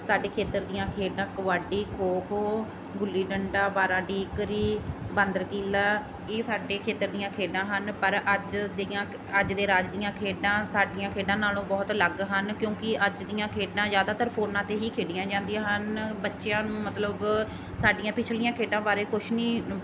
ਸਾਡੇ ਖੇਤਰ ਦੀਆਂ ਖੇਡਾਂ ਕਬੱਡੀ ਖੋ ਖੋ ਗੁੱਲੀ ਡੰਡਾ ਬਾਰਾ ਡੀਕਰੀ ਬਾਂਦਰ ਕੀਲਾ ਇਹ ਸਾਡੇ ਖੇਤਰ ਦੀਆਂ ਖੇਡਾਂ ਹਨ ਪਰ ਅੱਜ ਦੀਆਂ ਅੱਜ ਦੇ ਰਾਜ ਦੀਆਂ ਖੇਡਾਂ ਸਾਡੀਆਂ ਖੇਡਾਂ ਨਾਲੋਂ ਬਹੁਤ ਅਲੱਗ ਹਨ ਕਿਉਂਕਿ ਅੱਜ ਦੀਆਂ ਖੇਡਾਂ ਜ਼ਿਆਦਾਤਰ ਫੋਨਾਂ 'ਤੇ ਹੀ ਖੇਡੀਆਂ ਜਾਂਦੀਆਂ ਹਨ ਬੱਚਿਆਂ ਨੂੰ ਮਤਲਬ ਸਾਡੀਆਂ ਪਿਛਲੀਆਂ ਖੇਡਾਂ ਬਾਰੇ ਕੁਛ ਨਹੀਂ